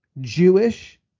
jewish